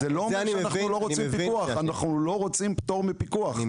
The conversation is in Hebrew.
זה לא אומרים שאנחנו רוצים פטור מפיקוח,